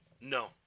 No